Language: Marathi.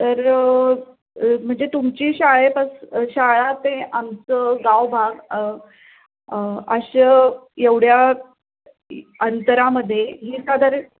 तर म्हणजे तुमची शाळेपास शाळा ते आमचं गावभाग असं एवढ्या अंतरामध्ये ही साधारण